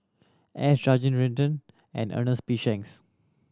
and Ernest P Shanks